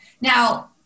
Now